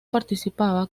participaba